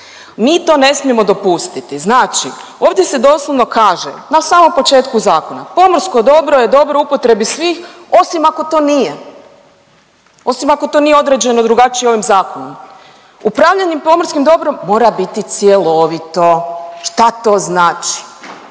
Mi to ne smijemo dopustiti, znači ovdje se doslovno kaže na samom početku zakona, pomorsko dobro je dobro u upotrebi svih osim ako to nije, osim ako to nije određeno drugačije ovim zakonom. Upravljanje pomorskim dobrom mora biti cjelovito, šta to znači?